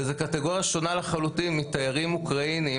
וזה קטגוריה שונה לחלוטין מתיירים אוקראינים